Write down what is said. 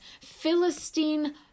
philistine